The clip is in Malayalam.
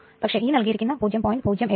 പക്ഷെ ഈ നൽകിയിരിക്കുന്ന 0